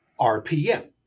RPM